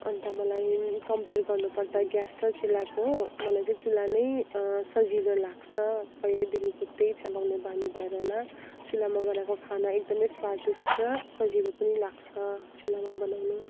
अन्त मलाई कम्पेयर गर्नु पर्दा ग्यास र चुलाको मलाई चाहिँ चुलानै सजिलो लाग्छ पहिल्यैदेखिको त्यही चलाउने बानी भएर होला चुलामा बनाएको खाना एकदमै स्वादिष्ट सजिलो पनि लाग्छ चुलामा बनाउनु